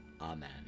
Amen